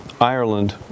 Ireland